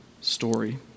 story